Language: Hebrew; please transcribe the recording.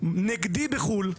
נגדי בחו"ל.